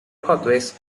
pathways